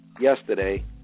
Yesterday